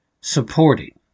Supporting